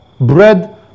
bread